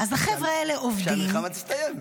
אז החבר'ה האלה עובדים -- כשהמלחמה תסתיים.